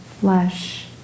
flesh